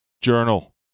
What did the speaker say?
Journal